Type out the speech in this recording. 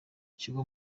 ikigo